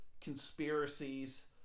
conspiracies